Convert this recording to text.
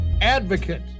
advocate